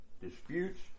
disputes